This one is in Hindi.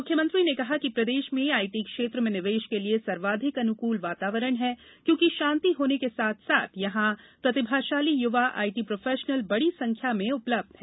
मुख्यमंत्री ने कहा कि प्रदेश में आईटी क्षेत्र में निवेश के लिए सर्वाधिक अनुकूल वातावरण है क्योंकि शांति होने के साथ साथ यहाँ प्रतिभाशाली युवा आईटी प्रोफेशनल बड़ी संख्या में उपलब्ध हैं